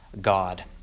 God